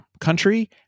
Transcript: country